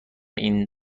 این